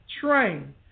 Train